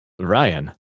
Ryan